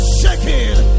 shaking